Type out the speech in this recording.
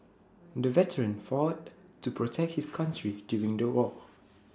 the veteran fought to protect his country during the war